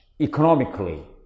economically